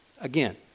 again